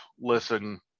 listen